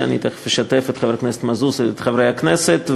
ואני תכף אשתף את חבר הכנסת מזוז ואת חברי הכנסת,